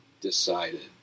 decided